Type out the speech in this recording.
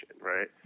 right